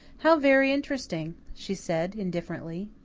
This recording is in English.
how very interesting, she said, indifferently.